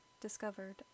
discovered